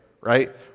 right